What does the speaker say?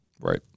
right